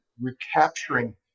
Recapturing